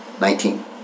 Nineteen